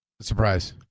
Surprise